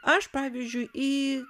aš pavyzdžiui į